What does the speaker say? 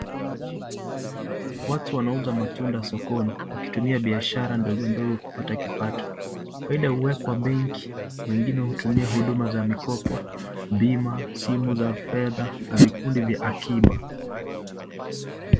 Watu wanauza matunda sokoni wakitumia biashara ndogo ndogo kupata kipato. Faida huwekwa benki na wengine hutumia huduma za mikopo, bima, simu za fedha na vikundi vya akiba.